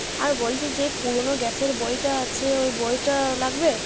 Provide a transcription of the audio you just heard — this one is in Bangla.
আর বলছি যেই পুরনো গ্যাসের বইটা আছে ওই বইটাও লাগবে